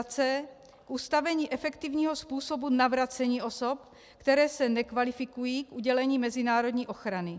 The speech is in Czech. c) k ustavení efektivního způsobu navracení osob, které se nekvalifikují k udělení mezinárodní ochrany.